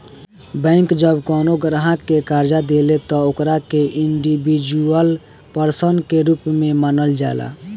bank जब कवनो ग्राहक के कर्जा देले त ओकरा के इंडिविजुअल पर्सन के रूप में मानल जाला